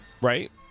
right